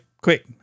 quick